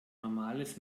normales